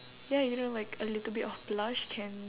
ya you know like a little bit of blush can